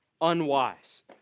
unwise